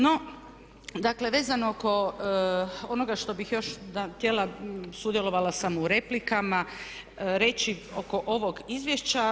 No, dakle vezano oko onoga što bih još htjela, sudjelovala sam u replikama, reći oko ovog izvješća.